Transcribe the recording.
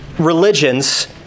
religions